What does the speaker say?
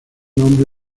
nombre